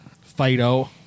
Fido